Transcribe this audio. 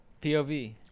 POV